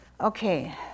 okay